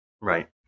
Right